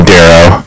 Darrow